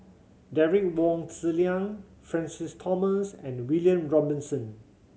Derek Wong Zi Liang Francis Thomas and William Robinson